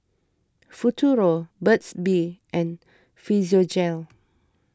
Futuro Burt's Bee and Physiogel